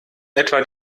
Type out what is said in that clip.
etwa